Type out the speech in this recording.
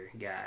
guy